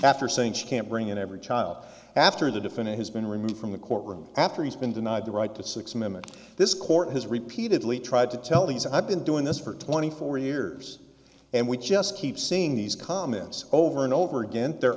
after saying she can't bring in every child after the defendant has been removed from the courtroom after he's been denied the right to six minutes this court has repeatedly tried to tell these i've been doing this for twenty four years and we just keep seeing these comments over and over again the